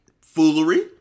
Foolery